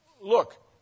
look